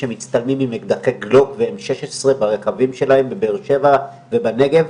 שמצטלמים עם אקדחי גלוג ו-16M ברכבים שלהם בבאר שבע ובנגב?